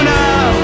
now